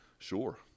Sure